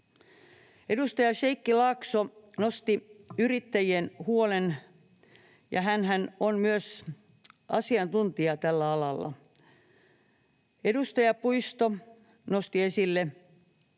Edustaja Sheikki Laakso nosti yrittäjien huolen, ja hänhän on myös asiantuntija tällä alalla. Edustaja Puisto nosti myös esille